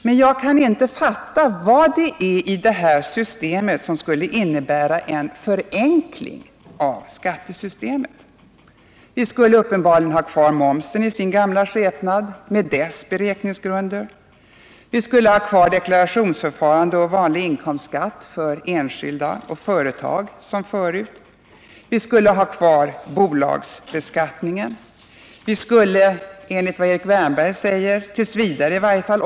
Men jag kan inte fatta vad det är i detta system som skulle innebära en förenkling i skattesystemet. Vi skulle uppenbarligen ha kvar momsen i sin gamla skepnad med dess beräkningsgrunder. Vi skulle ha kvar deklarationsförfarandet och vanlig inkomstskatt för enskilda och företag som förut. Vi skulle ha kvar bolagsbeskattningen. Vi skulle, enligt vad Erik Wärnberg säger, i varje fallt.